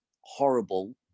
horrible